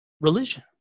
religion